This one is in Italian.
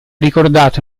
ricordato